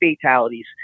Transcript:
fatalities